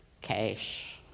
cash